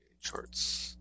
charts